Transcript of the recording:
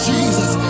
Jesus